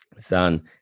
son